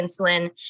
insulin